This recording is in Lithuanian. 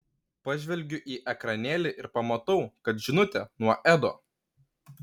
pažvelgiu į ekranėlį ir pamatau kad žinutė nuo edo